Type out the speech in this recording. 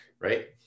right